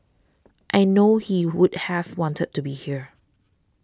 I know he would have wanted to be here